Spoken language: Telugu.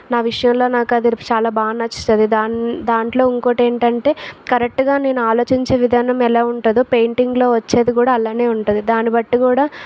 నా విషయంలో నాకు అది చాలా బాగా నచ్చుతుం ది దా దాంట్లో ఇంకోటేంటంటే కరెక్ట్గా నేను ఆలోచించే విధానం ఎలా ఉంటుందో పెయింటింగ్లో వచ్చేది కూడా అలానే ఉంటుంది దాన్ని బట్టి కూడా